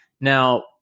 Now